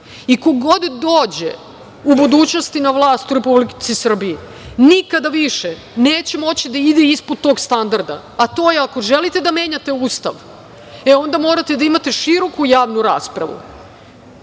god dođe u budućnosti na vlast u Republici Srbiji, nikada više neće moći ispod tog standarda, a to je ako želite da menjate Ustav, e onda morate da imate široku javnu raspravu,